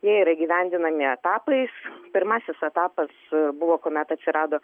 jie yra įgyvendinami etapais pirmasis etapas buvo kuomet atsirado